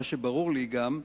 מה שברור לי גם,